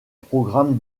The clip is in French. programme